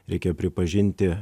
reikia pripažinti